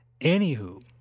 Anywho